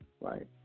right